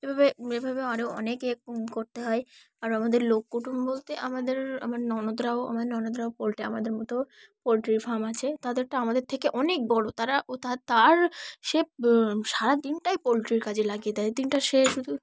এভাবে এভাবে আরও অনেকে করতে হয় আর আমাদের লোক কুটুম্ব বলতে আমাদের আমার ননদরাও আমাদের ননদরাও পোলট্রি আমাদের মতো পোলট্রি ফার্ম আছে তাদেরটা আমাদের থেকে অনেক বড় তারা ও তা তার সে সারাদিনটাই পোলট্রির কাজে লাগিয়ে দেয় দিনটা সে শুধু